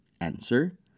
Answer